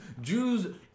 Jews